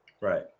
Right